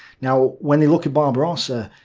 now when they look at barbarossa